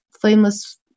flameless